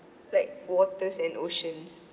like waters and oceans